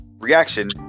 reaction